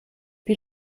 wie